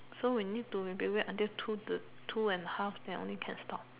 so we need to maybe wait until two the two and the half then only can stop